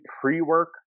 pre-work